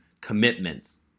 commitments